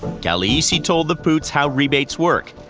gagliese told the poots how rebates work,